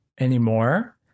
anymore